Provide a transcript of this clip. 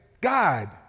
God